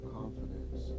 confidence